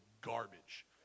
garbage